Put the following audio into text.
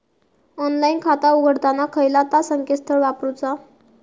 Online खाता उघडताना खयला ता संकेतस्थळ वापरूचा?